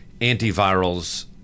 antivirals